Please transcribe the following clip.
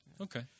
Okay